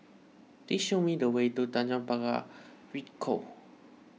please show me the way to Tanjong Pagar Ricoh